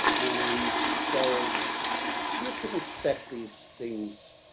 and so you can expect these things